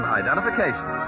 identification